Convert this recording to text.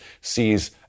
sees